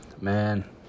man